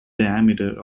diameter